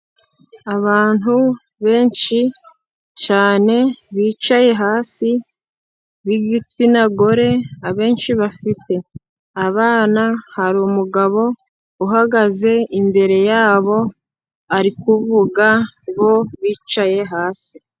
Abantu benshi cyane bicaye hasi b'igitsina gore. Abenshi bafite abana. Hari umugabo uhagaze imbere yabo ari kuvuga, bo bicaye hasi.